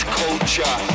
culture